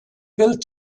built